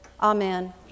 Amen